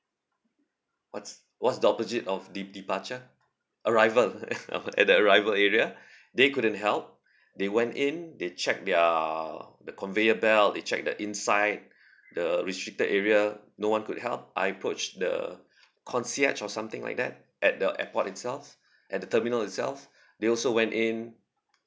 what's what's the opposite of de~ departure arrival at the arrival area they couldn't help they went in they check their the conveyor belt they check the inside the restricted area no one could help I approach the concierge or something like that at the airport itself at the terminal itself they also went in